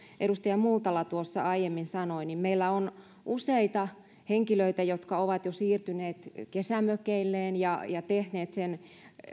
edustaja multala tuossa aiemmin sanoi meillä on useita henkilöitä jotka ovat jo siirtyneet kesämökeilleen ja ja tehneet sen